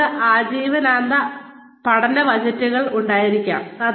അവർക്ക് ആജീവനാന്ത പഠന ബജറ്റുകൾ ഉണ്ടായിരിക്കാം